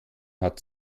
hat